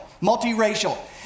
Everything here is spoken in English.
multi-racial